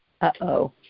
Uh-oh